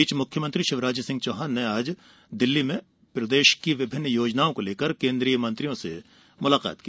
इस बीच मुख्यमंत्री शिवराज सिंह चौहान आज दिल्ली में प्रदेश की विभिन्न योजनाओं को लेकर केन्द्रीय मंत्रियों से मुलाकात की